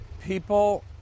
People